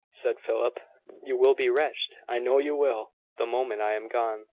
said philip you will be wretched i know you will the moment i am gone.